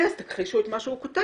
אז תכחישו את מה שהוא כותב.